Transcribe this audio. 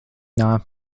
not